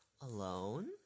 alone